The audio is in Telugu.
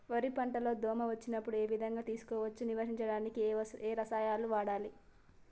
వరి పంట లో దోమ వచ్చినప్పుడు ఏ విధంగా తెలుసుకోవచ్చు? నివారించడానికి ఏ రసాయనాలు వాడాలి?